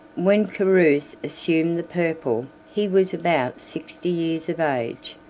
when carus assumed the purple, he was about sixty years of age,